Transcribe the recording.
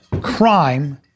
Crime